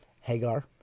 Hagar